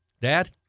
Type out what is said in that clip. Dad